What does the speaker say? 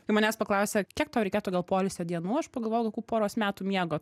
kai manęs paklausia kiek tau reikėtų gal poilsio dienų aš pagalvojau kokių poros metų miego